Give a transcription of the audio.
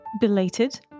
belated